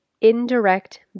indirect